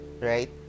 right